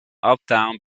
uptown